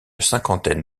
cinquantaine